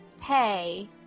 pay